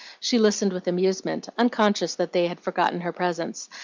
she listened with amusement, unconscious that they had forgotten her presence,